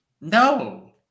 No